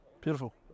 Beautiful